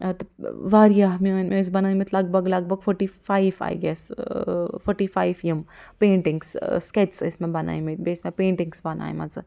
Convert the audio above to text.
آ تہٕ واریاہ میٛٲنۍ مےٚ ٲسۍ بناومٕتۍ لگ بَگ لَگ بَگ فُوٹی فایِو آئۍ گیس تہٕ فورٹی فایِو یِم پینٛٹِنٛگٕس سِکیچٕس ٲسۍ مےٚ بناومٕتۍ بیٚیہِ ٲسۍ مےٚ پینٛٹِنٛگٕس بناومژٕ